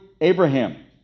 abraham